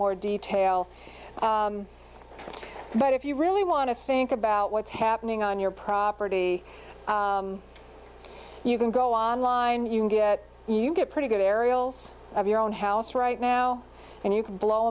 more detail but if you really want to think about what's happening on your property you can go online you can get you get pretty good aerials of your own house right now and you can blow